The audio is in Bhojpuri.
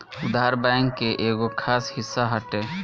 उधार, बैंक के एगो खास हिस्सा हटे